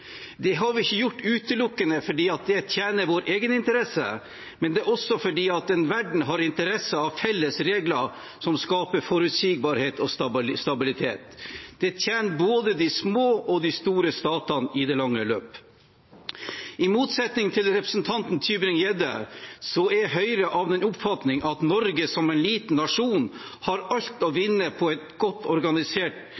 Det har vi ikke gjort utelukkende fordi det tjener vår egeninteresse, det er også fordi verden har interesse av felles regler som skaper forutsigbarhet og stabilitet. Det tjener både de små og de store statene i det lange løp. I motsetning til representanten Tybring-Gjedde er Høyre av den oppfatning at Norge, som en liten nasjon, har alt å